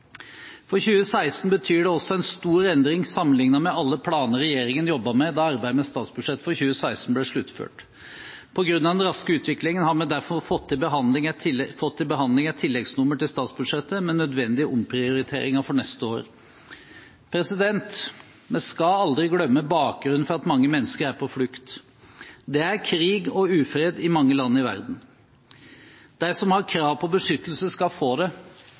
For 2016 betyr det også en stor endring sammenlignet med alle planer regjeringen jobbet med da arbeidet med statsbudsjettet for 2016 ble sluttført. På grunn av den raske utviklingen har vi derfor fått til behandling et tilleggsnummer til statsbudsjettet med nødvendige omprioriteringer for neste år. Vi skal aldri glemme bakgrunnen for at mange mennesker er på flukt. Det er krig og ufred i mange land i verden. De som har krav på beskyttelse, skal få det,